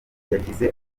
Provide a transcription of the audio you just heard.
yagize